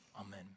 amen